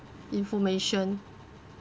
information